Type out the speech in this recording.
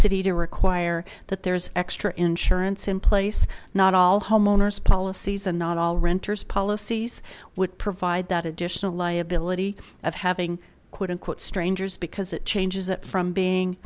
city to require that there's extra insurance in place not all homeowners policies and not all renters policies would provide that additional liability of having quote unquote strangers because it changes it from being